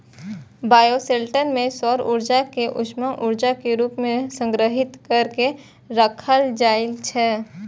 bioshelter मे सौर ऊर्जा कें उष्मा ऊर्जा के रूप मे संग्रहीत कैर के राखल जाइ छै